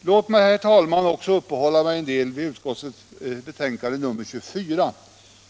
Låt mig, herr talman, uppehålla mig en del också vid skatteutskottets betänkande nr 24,